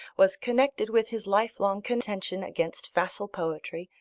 was connected with his lifelong contention against facile poetry,